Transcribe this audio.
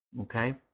Okay